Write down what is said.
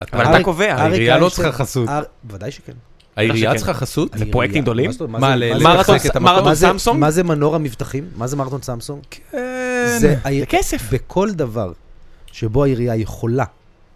א: אתה הקובע. אריק... ב: העירייה לא צריכה חסות. א: בוודאי שכן. ב: העירייה צריכה חסות? ג: על פרויקטים גדולים? ב: מה זאת אומרת... א: מה ל... מה למרטון סמסונג? ג: מה זה מנורה מבטחים? מה זה מרטון סמסונג? ב: כן... א: זה על כסף! ג: בכל דבר שבו העירייה יכולה